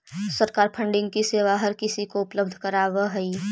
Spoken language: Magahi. सरकार फंडिंग की सेवा हर किसी को उपलब्ध करावअ हई